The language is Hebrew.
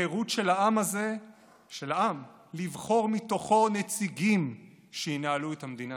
החירות של העם לבחור מתוכו נציגים שינהלו את המדינה.